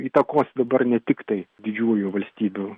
įtakos dabar ne tiktai didžiųjų valstybių